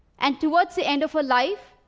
and towards the end of her life,